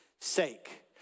sake